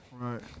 Right